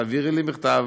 תעבירי לי מכתב